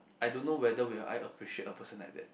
I don't know whether will I appreciate a person like that